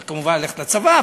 צריך כמובן ללכת לצבא,